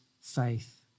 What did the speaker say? Faith